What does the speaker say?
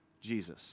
Jesus